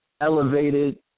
elevated